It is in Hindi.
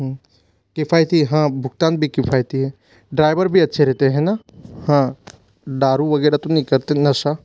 किफ़ायती हाँ भुगतान भी किफ़ायती है ड्राइवर भी अच्छे रहते है न हाँ दारू वगैरह तो नहीं करते नशा